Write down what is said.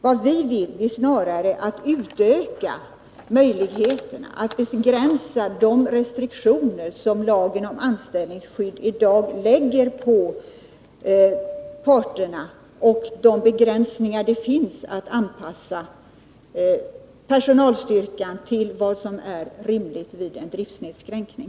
Vad vi vill är snarare att utöka möjligheterna, dvs. att begränsa de restriktioner som lagen om anställningsskydd i dag lägger på parterna och de begränsningar som finns att anpassa personalstyrkan till vad som är rimligt vid en driftsinskränkning.